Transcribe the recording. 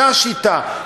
זאת השיטה.